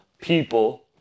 people